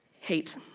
hate